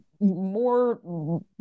more